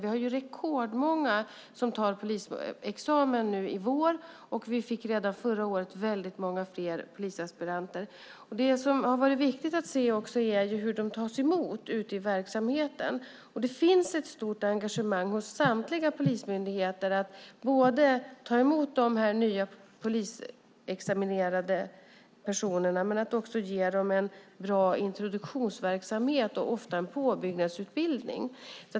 Vi har rekordmånga som tar polisexamen nu i vår, och vi fick redan förra året många fler polisaspiranter. Det som har varit viktigt är att se hur de tas emot ute i verksamheten. Det finns ett stort engagemang hos samtliga polismyndigheter i att både ta emot de nyutexaminerade poliserna och att ge dem en bra introduktionsverksamhet och ofta en påbyggnadsutbildning.